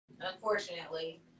Unfortunately